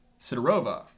Sidorova